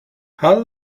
how